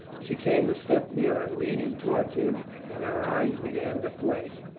she came a step nearer, leaning toward him, and her eyes began to flame.